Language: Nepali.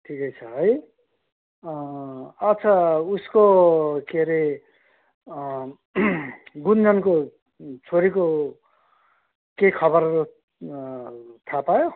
ठिकै छ है अच्छा उसको के अरे गुन्जनको छोरीको केही खबरहरू थाहा पायो